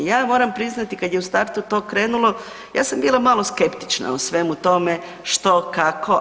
Ja moram priznati kada je u startu to krenulo, ja sam bila malo skeptična u svemu tome što, kako.